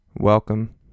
Welcome